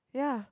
yeah